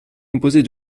composée